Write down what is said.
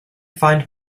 find